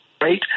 right